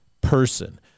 person